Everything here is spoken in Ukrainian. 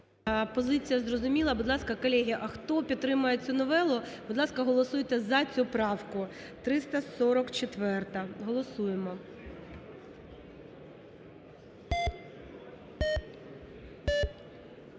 Позиція зрозуміла. Будь ласка, колеги, хто підтримує цю новелу, будь ласка, голосуйте за цю правку, 344-а, голосуємо.